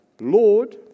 Lord